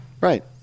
Right